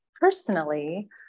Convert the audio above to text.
personally